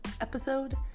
episode